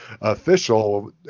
official